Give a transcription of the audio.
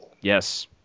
Yes